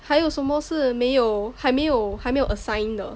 还有什么是没有还没有还没有 assign 的